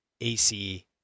AC